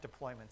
deployments